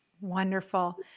Wonderful